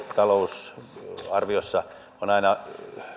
talousarviossa on aina